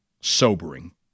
sobering